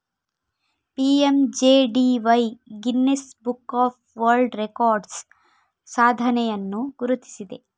PMJDY Guinness book of world records ಸಾಧನೆಯನ್ನು ಗುರುತಿಸಿದೆ